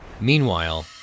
Meanwhile